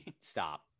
Stop